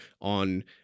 on